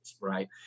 right